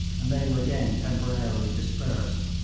and they were again temporarily dispersed.